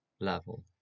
level